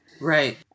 right